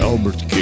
Albert